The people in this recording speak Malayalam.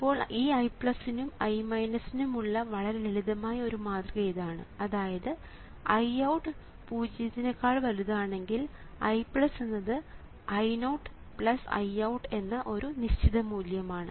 ഇപ്പോൾ ഈ I നും I നും ഉള്ള വളരെ ലളിതമായ ഒരു മാതൃക ഇതാണ് അതായത് IOUT പൂജ്യത്തിനെകാൾ വലുതാണെങ്കിൽ I എന്നത് I0 IOUT എന്ന ഒരു നിശ്ചിത മൂല്യമാണ്